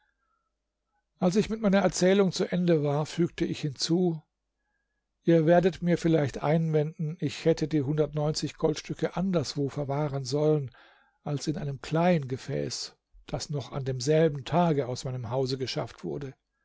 als ich mit meiner erzählung zu ende war fügte ich hinzu ihr werdet mir vielleicht einwenden ich hätte die hundertundneunzig goldstücke anderswo verwahren sollen als in einem kleiengefäß das noch an demselben tage aus meinem hause geschafft wurde